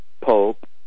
pope